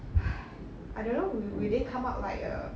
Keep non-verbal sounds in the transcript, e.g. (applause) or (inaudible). (breath) I don't know will will they come out like a